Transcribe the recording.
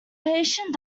patient